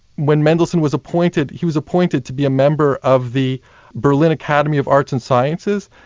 when mendelssohn was appointed, he was appointed to be a member of the berlin academy of arts and sciences,